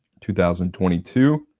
2022